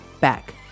back